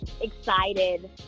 excited